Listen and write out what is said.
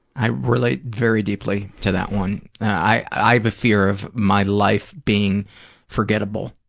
i relate very deeply to that one. i have a fear of my life being forgettable,